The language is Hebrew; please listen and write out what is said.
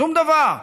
שום דבר.